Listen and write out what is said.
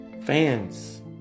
fans